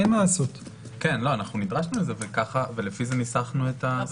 אנחנו נדרשנו לזה ולפי זה ניסחנו את הסעיף.